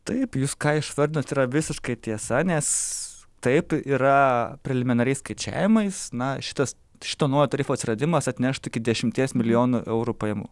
taip jūs ką išvardinot yra visiškai tiesa nes taip yra preliminariais skaičiavimais na šitas šito naujo tarifo atsiradimas atneštų iki dešimties milijonų eurų pajamų